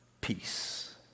peace